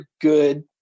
good